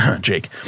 Jake